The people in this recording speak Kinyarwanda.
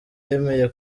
yemeye